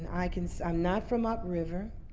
i mean so i'm not from upriver,